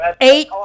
Eight